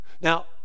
Now